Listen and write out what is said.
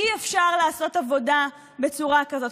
אי-אפשר לעשות עבודה בצורה כזאת.